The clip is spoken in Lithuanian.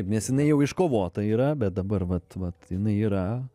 nes jinai jau iškovota yra bet dabar vat vat jinai yra